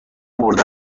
نمـردم